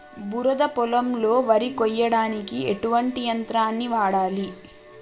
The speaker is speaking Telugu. బురద పొలంలో వరి కొయ్యడానికి ఎటువంటి యంత్రాన్ని వాడాలి?